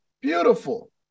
beautiful